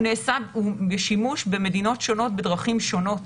הוא בשימוש במדינות שונות בדרכים שונות,